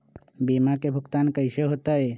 बीमा के भुगतान कैसे होतइ?